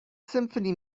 symphony